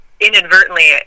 inadvertently